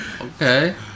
okay